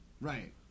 Right